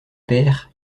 pairs